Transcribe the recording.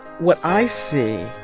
what i see